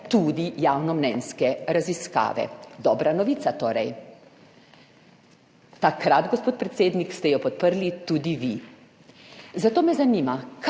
tudi javnomnenjske raziskave. Dobra novica torej. Takrat, gospod predsednik, ste jo podprli tudi vi. Zato me zanima: